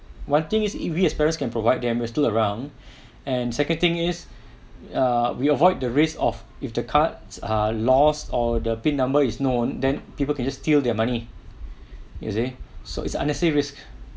one thing is we as parents can provide them we're still around and second thing is err we avoid the risk of if the cards are lost or the pin number is known then people can just steal their money you see so it's unnecessary risk